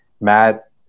Matt